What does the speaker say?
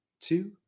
two